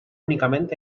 únicament